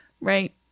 Right